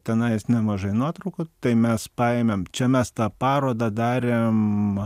tenais nemažai nuotraukų tai mes paėmėm čia mes tą parodą darėm